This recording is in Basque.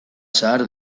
zahar